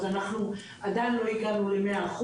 עדיין לא הגענו ל-100%.